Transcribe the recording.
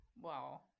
Wow